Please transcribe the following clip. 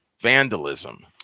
vandalism